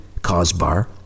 COSBAR